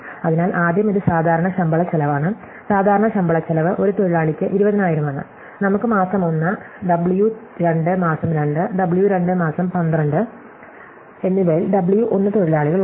അതിനാൽ ആദ്യം ഇത് സാധാരണ ശമ്പളച്ചെലവാണ് സാധാരണ ശമ്പളച്ചെലവ് ഒരു തൊഴിലാളിയ്ക്ക് 20000 ആണ് നമുക്ക് മാസം 1 ഡബ്ല്യു 2 മാസം 2 ഡബ്ല്യു 2 മാസം 12 എന്നിവയിൽ ഡബ്ല്യു 1 തൊഴിലാളികളുണ്ട്